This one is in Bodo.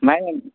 ओमफ्राय